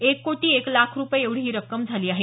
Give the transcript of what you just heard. एक कोटी एक लाख रुपये एवढी ही रक्कम झाली आहे